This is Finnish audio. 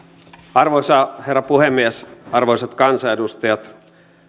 arvoisa herra puhemies arvoisat kansanedustajat